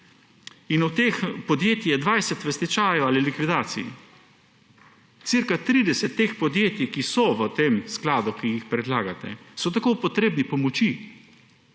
In od teh podjetij jih je 20 v stečaju ali likvidaciji. Cirka 30 teh podjetij, ki so v tem skladu, ki jih predlagate, je potrebnih pomoči,